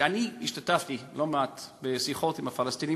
אני השתתפתי לא מעט בשיחות עם הפלסטינים,